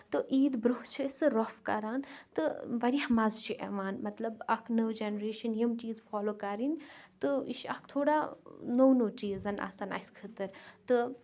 تہٕ عیٖد برونہہ چھِ أسۍ روٚپھ کران تہٕ واریاہ مَزٕ چھُ یِوان مطلب اکھ نٔو جنریشن یِم چیٖز فالو کَرٕنۍ تہٕ یہِ چھُ اکھ تھوڑا نوٚو نوٚو چیٖز آسان اَسہِ خٲطرٕ تہٕ